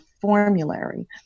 formulary